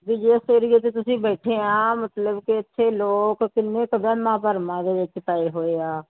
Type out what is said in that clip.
ਵੀ ਜਿਸ ਏਰੀਆ 'ਚ ਤੁਸੀਂ ਬੈਠੇ ਆ ਮਤਲਬ ਕਿ ਇੱਥੇ ਲੋਕ ਕਿੰਨੇ ਕੁ ਵਹਿਮਾ ਭਰਮਾਂ ਦੇ ਵਿੱਚ ਪਏ ਹੋਏ ਆ